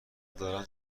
دارند